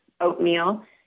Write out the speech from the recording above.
oatmeal